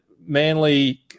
Manly